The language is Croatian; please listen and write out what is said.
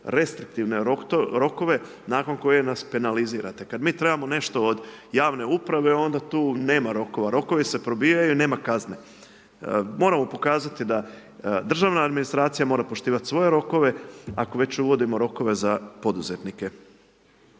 restriktivne rokove nakon kojih nas penalizirate. Kad mi trebamo nešto od javne uprave onda tu nema rokova, rokovi se probijaju, nema kazne. Moramo pokazati da državna administracija mora poštivati svoje rokove, ako već uvodimo rokove za poduzetnike.